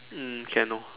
mm can orh